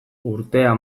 urtea